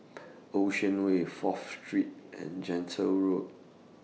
Ocean Way Fourth Street and Gentle Road